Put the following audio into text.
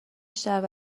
شهر